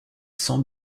sans